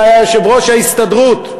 שהיה יושב-ראש ההסתדרות,